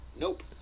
Nope